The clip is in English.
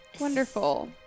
Wonderful